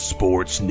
Sports